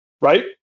right